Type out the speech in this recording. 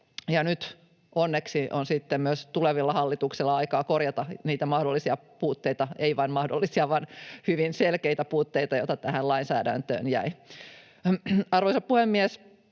nyt onneksi on myös tulevilla hallituksilla aikaa korjata niitä mahdollisia puutteita — ei vain mahdollisia vaan hyvin selkeitä puutteita, joita tähän lainsäädäntöön jäi. Arvoisa puhemies!